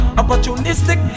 opportunistic